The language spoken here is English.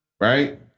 right